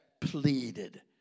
pleaded